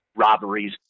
robberies